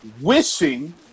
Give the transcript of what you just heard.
Wishing